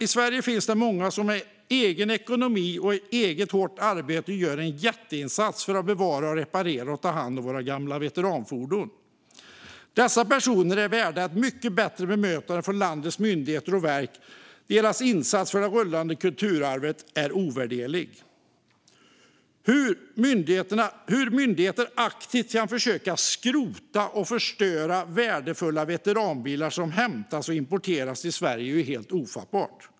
I Sverige finns det många som med egen ekonomi och eget hårt arbete gör en jätteinsats för att bevara, reparera och ta hand om våra gamla veteranfordon. Dessa personer är värda ett mycket bättre bemötande från landets myndigheter och verk. Deras insats för det rullande kulturarvet är ovärderlig. Hur myndigheter aktivt kan försöka skrota och förstöra värdefulla veteranbilar som hämtas och importeras till Sverige är helt ofattbart.